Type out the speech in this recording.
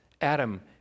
Adam